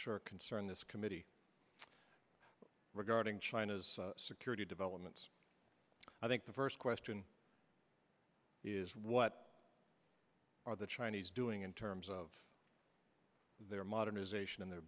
sure concern this committee regarding china's security developments i think the first question is what are the chinese doing in terms of their modernization and their